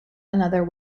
another